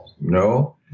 No